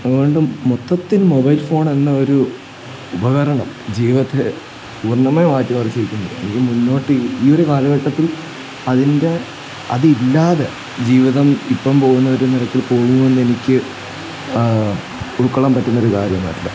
അതുകൊണ്ട് മൊത്തത്തിൽ മൊബൈൽ ഫോണെന്ന ഒരു ഉപകരണം ജീവിതത്തെ ഒന്നുമേ മാറ്റി മറിച്ചിരിക്കുന്നു ഇനി മുന്നോട്ട് ഈ ഒരു കാലഘട്ടത്തിൽ അതിൻ്റെ അതില്ലാതെ ജീവിതം ഇപ്പം പോകുന്ന ഒരു തരത്തിൽ പോകുമെന്ന് എനിക്ക് ഉൾക്കൊള്ളാൻ പറ്റുന്നൊരു കാര്യമല്ല